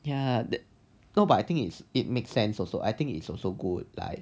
ya that no but I think it's it makes sense also I think it's also good like